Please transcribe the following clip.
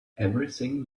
everything